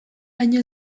baino